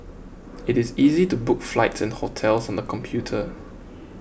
it is easy to book flights and hotels on the computer